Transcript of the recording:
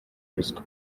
ruswa